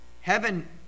Heaven